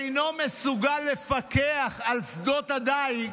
אינו מסוגל לפקח על שדות הדיג,